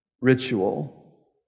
Ritual